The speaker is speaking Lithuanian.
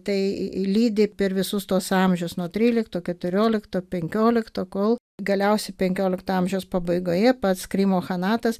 tai lydi per visus tuos amžius nuo trylikto keturiolikto penkiolikto kol galiausiai penkiolikto amžiaus pabaigoje pats krymo chanatas